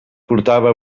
portava